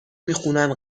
میخونن